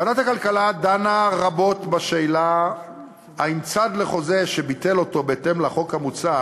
ועדת הכלכלה דנה רבות בשאלה אם צד לחוזה שביטל אותו בהתאם לחוק המוצע